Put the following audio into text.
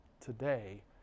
today